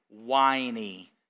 Whiny